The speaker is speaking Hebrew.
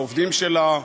לעובדים שלה,